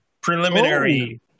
preliminary